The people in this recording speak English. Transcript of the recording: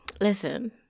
Listen